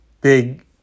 big